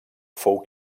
fou